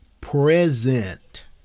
present